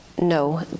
No